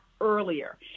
earlier